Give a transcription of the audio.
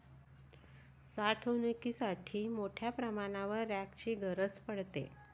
साठवणुकीसाठी मोठ्या प्रमाणावर रॅकची गरज पडते